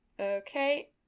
Okay